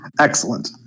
Excellent